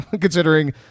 considering